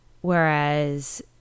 whereas